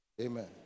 amen